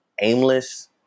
aimless